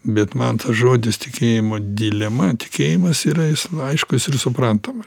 bet man tas žodis tikėjimo dilema tikėjimas yra aiškus ir suprantama